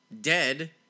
dead